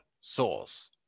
source